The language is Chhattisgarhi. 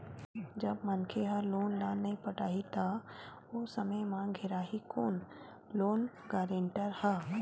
जब मनखे ह लोन ल नइ पटाही त ओ समे म घेराही कोन लोन गारेंटर ह